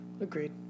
Agreed